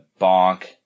Bonk